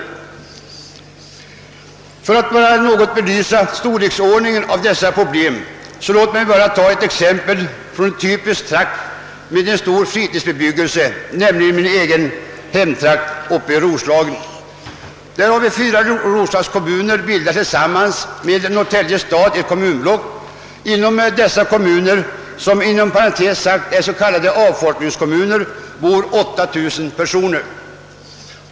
Jag vill för att ange problemets storleksordning anföra ett exempel från en typisk trakt med stor fritidsbebyggelse, nämligen min egen hemtrakt uppe i Roslagen. Fyra landskommuner bildar tillsammans med Norrtälje stad ett kommunblock. Inom dessa kommuner — vilka inom parentes sagt är s.k. avfolkningskommuner — bor 8 000 personer.